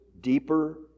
deeper